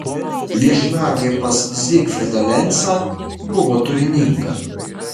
viešnagė pas zygfrydą lencą buvo turininga